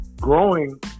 growing